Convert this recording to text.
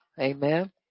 amen